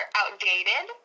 outdated